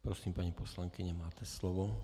Prosím, paní poslankyně, máte slovo.